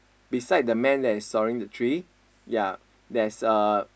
beside the man that is sawing the tree ya there's a